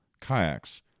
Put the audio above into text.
kayaks